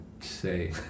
Say